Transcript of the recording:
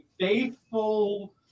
faithful